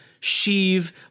Sheev